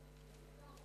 דיון בה.